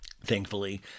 thankfully